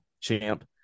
champ